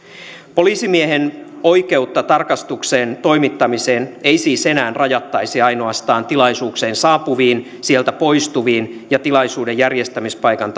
poliisimiehen oikeutta tarkastuksen toimittamiseen ei siis enää rajattaisi ainoastaan tilaisuuteen saapuviin sieltä poistuviin ja tilaisuuden järjestämispaikan